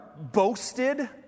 boasted